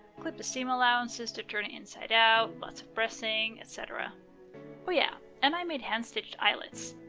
clip the seam allowances to turn it inside out, lots of pressing etc oh yeah and i made hand stitched eyelets.